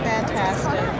Fantastic